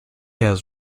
has